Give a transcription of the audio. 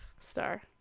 star